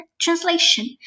translation